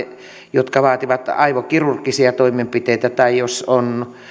jotka vaativat aivokirurgisia toimenpiteitä tai jos on